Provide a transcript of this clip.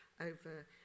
over